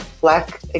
Black